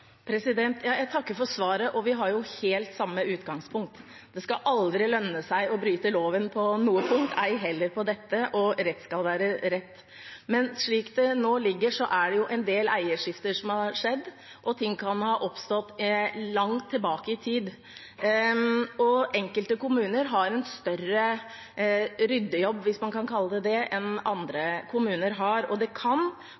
Jeg takker for svaret. Vi har jo helt samme utgangspunkt: Det skal aldri lønne seg å bryte loven på noe felt, ei heller på dette, og rett skal være rett. Slik det nå er, er det en del eierskifter som har skjedd, og ting kan ha oppstått langt tilbake i tid. Enkelte kommuner har en større ryddejobb, hvis man kan kalle det det, enn